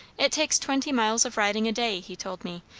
it takes twenty miles of riding a day, he told me,